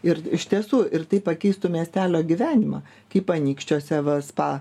ir iš tiesų ir tai pakeistų miestelio gyvenimą kaip anykščiuose spa